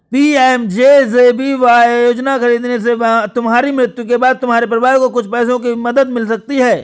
PMJJBY योजना खरीदने से तुम्हारी मृत्यु के बाद तुम्हारे परिवार को कुछ पैसों की मदद मिल सकती है